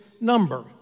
number